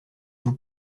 vous